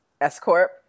S-corp